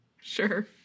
Sure